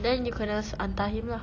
then you can just hantar him lah